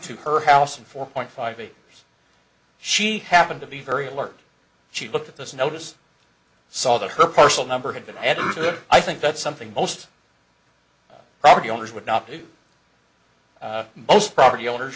to her house in four point five eight she happened to be very alert she looked at those notices saw that her parcel number had been edited i think that's something most property owners would not do most property owners